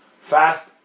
fast